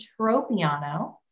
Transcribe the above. Tropiano